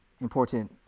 important